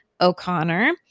O'Connor